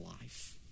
life